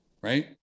Right